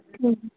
ਠੀਕ ਐ